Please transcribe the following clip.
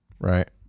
right